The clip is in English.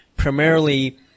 Primarily